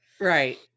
Right